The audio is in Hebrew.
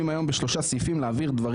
להעביר דברים בשלושה סעיפים שבעיניי